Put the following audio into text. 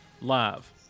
live